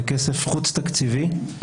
זה כסף חוץ תקציבי,